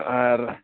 ᱟᱨ